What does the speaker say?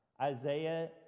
Isaiah